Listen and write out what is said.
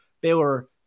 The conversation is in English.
Baylor